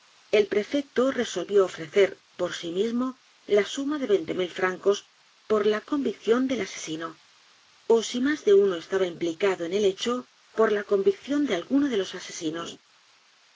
el prefecto resolvió ofrecer por sí mismo la suma de veinte mil francos por la convicción del asesino ó si más de uno estaba implicado en el hecho por laconvicción de alguno de los asesinos